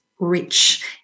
rich